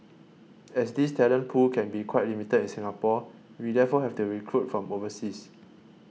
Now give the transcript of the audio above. as this talent pool can be quite limited in Singapore we therefore have to recruit from overseas